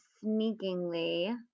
sneakingly